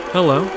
Hello